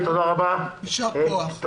יישר כוח.